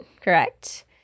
correct